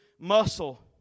muscle